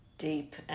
Deep